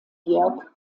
jörg